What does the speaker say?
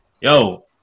Yo